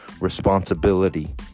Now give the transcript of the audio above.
responsibility